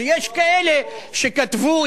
שיש כאלה שכתבו,